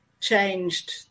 changed